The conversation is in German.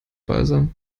balsam